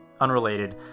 Unrelated